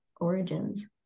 origins